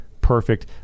perfect